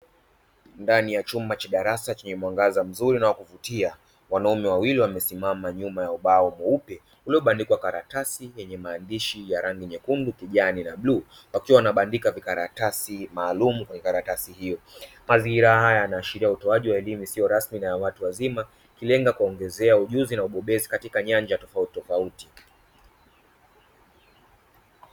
Ndani ya chumba cha darasa chenye mwangaza mzuri na wakuvutia wanaume wawili wamesimama nyuma ya ubao mweupe, uliyobandikwa karatasi yenye maandishi ya rangi nyekundu, kijani na bluu wakiwa wanabandika vikaratasi maalumu kwenye karatasi hiyo. Mazingira haya yanaashiria utoaji wa elimu isiyo rasmi na ya watu wazima, ikilenga kuwaongezea ujuzi na ubobezi katika nyanja tofautitofauti.